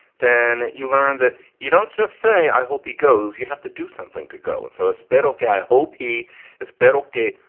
then you learn that you don't just say, i hope he goes, you have to do something to go. and so it's better, ok. i hope he is better. okay,